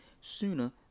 sooner